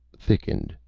thickened,